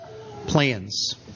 plans